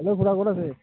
hello খুৰা ক'ত আছে